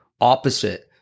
opposite